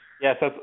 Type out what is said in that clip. Yes